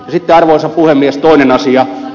sitten arvoisa puhemies toinen asia